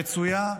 רצויה,